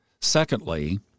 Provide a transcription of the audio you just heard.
Secondly